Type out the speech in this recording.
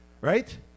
Right